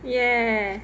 ya